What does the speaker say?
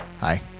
Hi